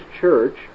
church